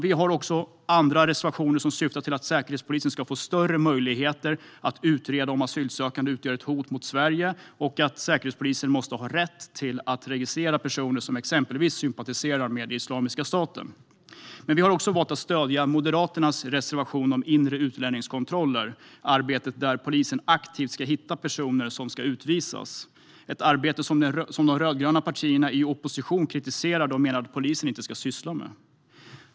Vi har också andra reservationer som syftar till att Säkerhetspolisen ska få större möjligheter att utreda om asylsökande utgör ett hot mot Sverige och att Säkerhetspolisen ska få rätt att registrera exempelvis personer som sympatiserar med Islamiska staten. Vi har också valt att stödja Moderaternas reservation om inre utlänningskontroller. Det handlar om att polisen aktivt ska hitta personer som ska utvisas - ett arbete som de rödgröna partierna kritiserade i opposition och menade att polisen inte skulle syssla med.